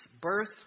birth